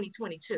2022